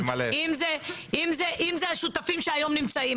אם זה השותפים שהיום נמצאים,